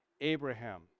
Abraham